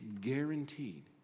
guaranteed